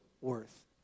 worth